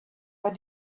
but